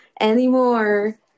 anymore